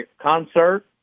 concert